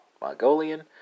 Mongolian